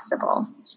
possible